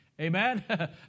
amen